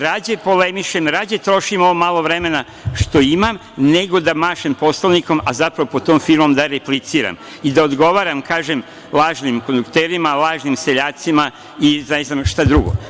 Rađe polemišem, rađe trošim ovo malo vremena što imam, nego da mašem Poslovnikom, a zapravo pod tom firmom da repliciram i da odgovaram, kažem, lažnim kondukterima, lažnim seljacima i ne znam šta drugo.